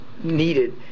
needed